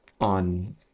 on